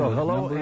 hello